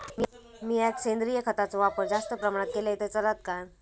मीया सेंद्रिय खताचो वापर जास्त प्रमाणात केलय तर चलात काय?